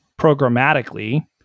programmatically